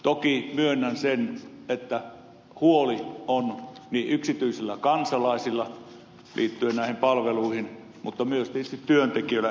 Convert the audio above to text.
toki myönnän sen että huoli on niin yksityisillä kansalaisilla liittyen näihin palveluihin kuin myös tietysti työntekijöillä erittäin suuri